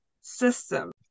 system